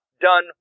done